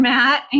Matt